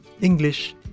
English